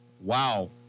Wow